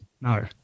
No